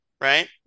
right